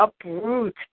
uproot